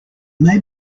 may